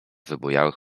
wybujałych